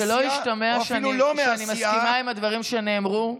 שלא ישתמע שאני מסכימה עם הדברים שנאמרו.